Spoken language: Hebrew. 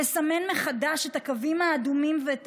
לסמן מחדש את הקווים האדומים ואת